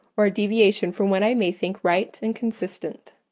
or a deviation from what i may think right and consistent.